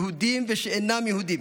יהודים ושאינם יהודים,